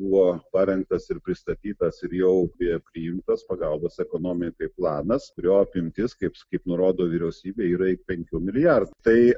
buvo parengtas ir pristatytas ir jau beje priimtas pagalbos ekonomikai planas kurio apimtis kaip kaip nurodo vyriausybė yra penkių milijardų tai